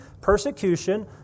persecution